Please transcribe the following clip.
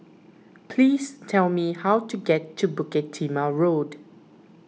please tell me how to get to Bukit Timah Road